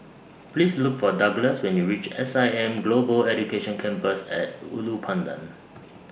Please Look For Douglass when YOU REACH S I M Global Education Campus At Ulu Pandan